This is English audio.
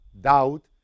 doubt